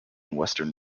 western